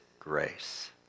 grace